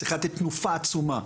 צריכה לתת תנופה עצומה,